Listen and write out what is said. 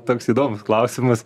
toks įdomus klausimas